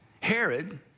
Herod